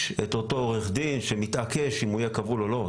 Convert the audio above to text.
את אותו עורך דין שמתעקש על היותו של העצור כבול או לא.